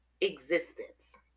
existence